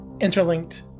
interlinked